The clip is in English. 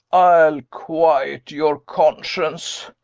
i'll quiet your conscience!